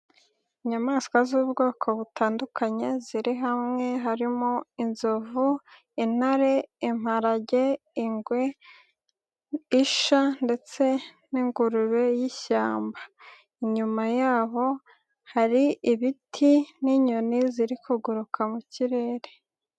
Inyamaswa z'ubwoko butandukanye ziri hamwe harimo inzovu, intare, imparage, ingwe, isha ndetse n'ingurube y'ishyamba, inyuma yaho hari ibiti n'inyoni ziri kuguruka mu kirere.